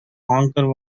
honker